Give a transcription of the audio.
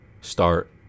start